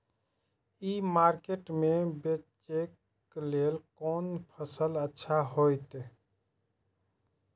ई market में बेचेक लेल कोन फसल अच्छा होयत?